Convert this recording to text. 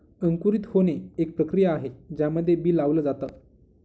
अंकुरित होणे, एक प्रक्रिया आहे ज्यामध्ये बी लावल जाता